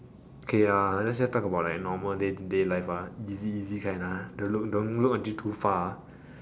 okay uh let's just talk about like normal day to day life ah easy easy kind ah don't look don't look until too far ah